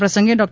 આ પ્રસંગે ડૉ